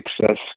success